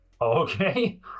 Okay